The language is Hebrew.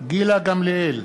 גילה גמליאל,